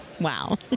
Wow